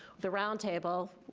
the roundtable,